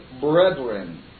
brethren